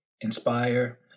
inspire